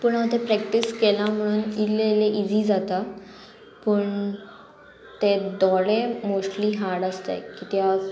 पूण हांव तें प्रॅक्टीस केलां म्हणून इल्लें इल्लें इजी जाता पूण तें दोळे मोस्टली हार्ड आसताय कित्याक